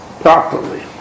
properly